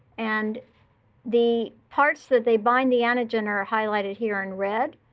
and the parts that they bind the antigen are highlighted here in red.